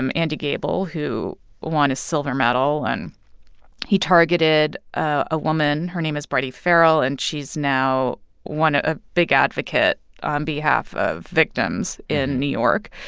um andy gabel, who won a silver medal, and he targeted a woman. her name is bridie farrell, and she's now one of a big advocate on behalf of victims in new york.